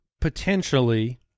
potentially